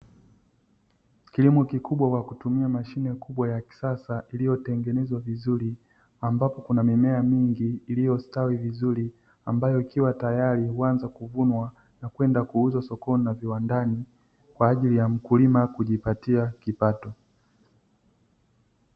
Kilimo kikubwa kwa kutumia mashine kubwa ya kisasa, iliyotengenezwa vizuri, ambapo kuna mimea mingi iliyostawi vizuri ambayo ikiwa tayari huanza kuvunwa na kwenda kuuzwa sokoni na viwandani, kwa ajili ya mkulima kujipatia kipato.